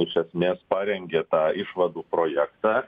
iš esmės parengė tą išvadų projektą